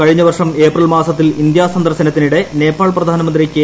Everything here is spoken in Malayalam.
കഴിഞ്ഞ വർഷം ഏപ്രിൽ മാസത്തിൽ ഇന്ത്യാ സന്ദർശനത്തിനിടെ നേപ്പാൾ പ്രധാനമന്ത്രി കെ